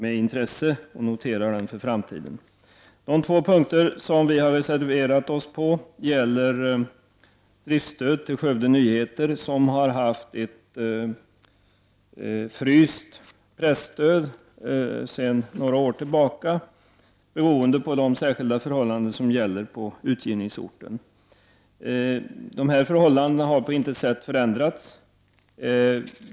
Vi har reserverat oss i fråga om driftsstöd till Skövde Nyheter, som sedan några år tillbaka har ett fryst presstöd beroende på de särskilda förhållanden som gäller på utgivningsorten. Dessa förhållanden har på intet sätt förändrats.